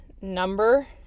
number